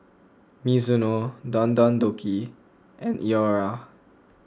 Mizuno Don Don Donki and Iora